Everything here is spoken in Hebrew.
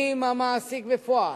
מהמעסיק בפועל,